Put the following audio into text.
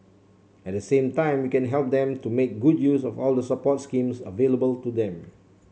at the same time we can help them to make good use of all the support schemes available to them